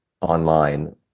online